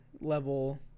level